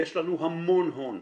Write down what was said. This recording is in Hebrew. יש לנו המון הון.